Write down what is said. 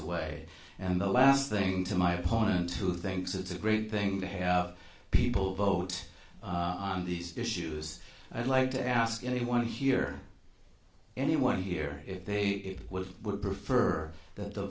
away and the last thing to my opponent who thinks it's a great thing to have people vote on these issues i'd like to ask anyone here anyone here if they would would prefer that the